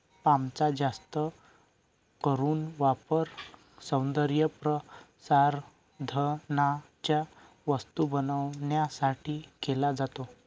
पामचा जास्त करून वापर सौंदर्यप्रसाधनांच्या वस्तू बनवण्यासाठी केला जातो